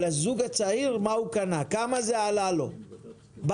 אבל כמה זה עולה לזוג הצעיר בפועל?